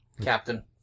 Captain